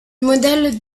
modèle